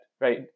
right